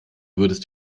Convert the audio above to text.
würdest